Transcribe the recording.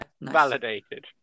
Validated